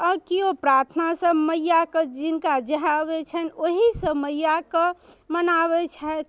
आओर केओ प्रार्थनासँ मइआके जिनका जएह आबै छनि ओहिसँ मइआके मनाबै छथि